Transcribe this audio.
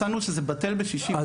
מצאנו שזה בטל בשישים.